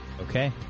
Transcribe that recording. Okay